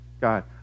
God